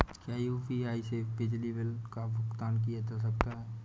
क्या यू.पी.आई से बिजली बिल का भुगतान किया जा सकता है?